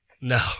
No